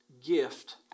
gift